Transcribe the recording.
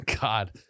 God